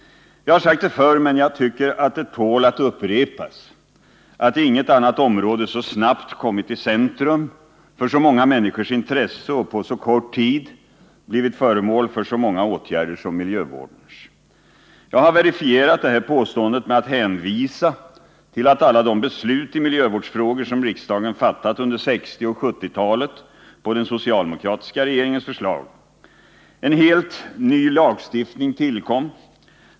Jag har sagt det förr, men jag tycker att det tål att upprepas, att inget annat område har så snabbt kommit i centrum för så många människors intresse och på så kort tid blivit föremål för så många åtgärder som miljövårdens. Jag har verifierat detta påstående med att hänvisa till alla de beslut i miljövårdsfrågor som riksdagen fattat under 1960 och 1970-talen på den socialdemokratiska regeringens förslag. En helt ny lagstiftning tillkom.